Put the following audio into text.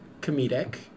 comedic